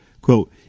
Quote